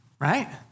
right